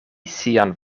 sian